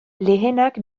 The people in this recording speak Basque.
lehenak